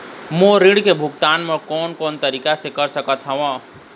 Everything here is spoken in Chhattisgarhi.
मोर ऋण के भुगतान म कोन कोन तरीका से कर सकत हव?